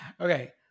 okay